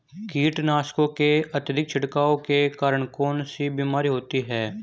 कीटनाशकों के अत्यधिक छिड़काव के कारण कौन सी बीमारी होती है?